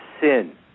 sin